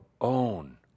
own